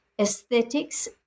aesthetics